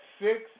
six